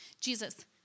Jesus